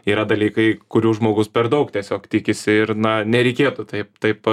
yra dalykai kurių žmogus per daug tiesiog tikisi ir na nereikėtų taip taip